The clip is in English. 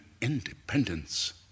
independence